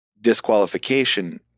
disqualification